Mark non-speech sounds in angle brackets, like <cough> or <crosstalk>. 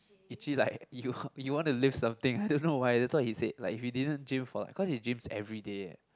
itchy like <laughs> you you want to lift something I don't know why that's what he said like if you didn't gym for like cause he gyms everyday eh